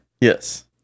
Yes